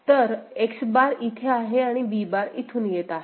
तर X bar इथे आहे आणि B बार इथून येत आहे